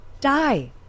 die